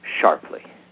sharply